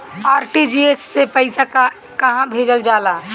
RTGS से पइसा कहे भेजल जाला?